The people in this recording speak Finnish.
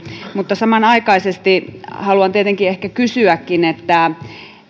mutta samanaikaisesti haluan tietenkin ehkä kysyäkin